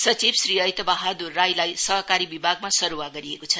सचिव श्री ऐत बहादुर राईले सहकारी विभागमा सरूवा गरिएको छ